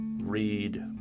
read